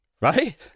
right